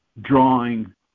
drawing